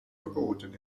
verboten